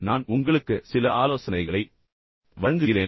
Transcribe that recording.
நான் உங்களுக்கு சில ஆலோசனைகளை வழங்குகிறேன்